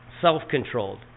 self-controlled